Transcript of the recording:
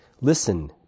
Listen